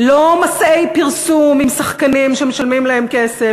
לא מסעי פרסום עם שחקנים שמשלמים להם כסף.